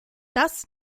das